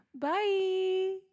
Bye